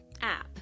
app